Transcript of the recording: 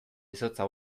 izotza